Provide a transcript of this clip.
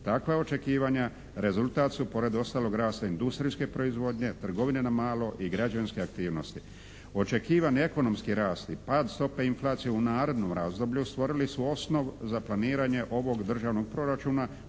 Takva očekivanja rezultat su pored ostalog rasta industrijske proizvodnje, trgovine na malo i građevinske aktivnosti. Očekivani ekonomski rast i pad stope inflacije u narednom razdoblju stvorili su osnov za planiranje ovog Državnog proračuna